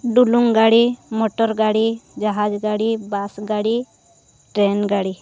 ᱰᱩᱞᱩᱝ ᱜᱟᱹᱰᱤ ᱜᱟᱹᱰᱤ ᱡᱟᱦᱟᱡᱽ ᱜᱟᱹᱰᱤ ᱜᱟᱹᱰᱤ ᱜᱟᱹᱰᱤ